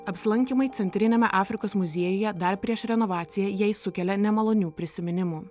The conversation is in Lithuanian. apsilankymai centriniame afrikos muziejuje dar prieš renovaciją jai sukelia nemalonių prisiminimų